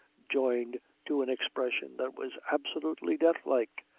joined to an expression that was absolutely death-like,